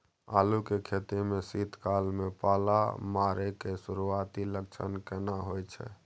आलू के खेती में शीत काल में पाला मारै के सुरूआती लक्षण केना होय छै?